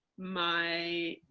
my,